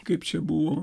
kaip čia buvo